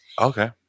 Okay